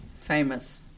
Famous